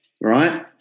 right